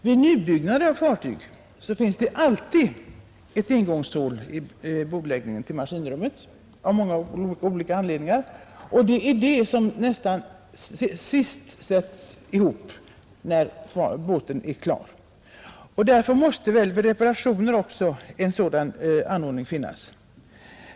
Vid nybyggnad av fartyg finns det, av många anledningar, alltid ett ingångshål i bordläggningen till maskinrummet, och det är det som nästan sist sätts ihop när båten är klar. En sådan anordning måste finnas också vid reparationer.